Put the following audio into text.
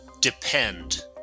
Depend